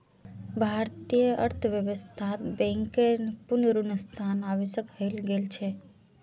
भारतीय अर्थव्यवस्थात बैंकेर पुनरुत्थान आवश्यक हइ गेल छ